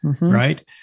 right